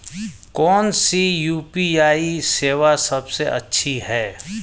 कौन सी यू.पी.आई सेवा सबसे अच्छी है?